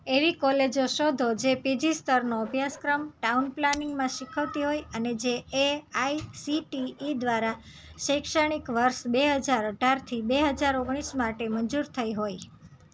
એવી કોલેજો શોધો જે પીજી સ્તરનો અભ્યાસક્રમ ટાઉન પ્લાનિંગમાં શીખવતી હોય અને જે A I C T E દ્વારા શૈક્ષણિક વર્ષ બે હજાર અઢારથી બે હજાર ઓગણીસ માટે મંજૂર થઇ હોય